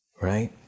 Right